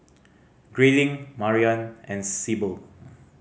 Grayling Mariann and Sibyl